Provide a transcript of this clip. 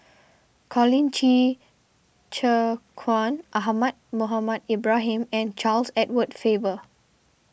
Colin Qi Zhe Quan Ahmad Mohamed Ibrahim and Charles Edward Faber